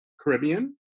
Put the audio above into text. Caribbean